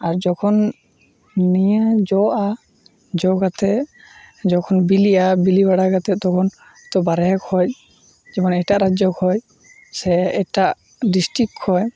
ᱟᱨ ᱡᱚᱠᱷᱚᱱ ᱱᱤᱭᱟᱹ ᱡᱚᱜᱼᱟ ᱡᱚ ᱠᱟᱛᱮᱫ ᱡᱚᱠᱷᱚᱱ ᱵᱤᱞᱤᱜᱼᱟ ᱟᱨ ᱵᱤᱞᱤ ᱵᱟᱲᱟ ᱠᱟᱛᱮᱫ ᱛᱚᱠᱷᱚᱱ ᱛᱚ ᱵᱟᱨᱦᱮ ᱠᱷᱚᱱ ᱢᱟᱱᱮ ᱮᱴᱟᱜ ᱨᱟᱡᱽᱡᱚ ᱠᱷᱚᱱ ᱥᱮ ᱮᱴᱟᱜ ᱰᱤᱥᱴᱤᱠ ᱠᱷᱚᱱ